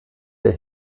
der